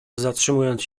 zatrzymując